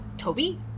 Toby